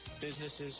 businesses